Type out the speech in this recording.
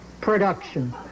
production